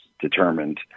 determined